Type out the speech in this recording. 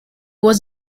was